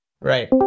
Right